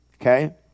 okay